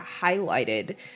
highlighted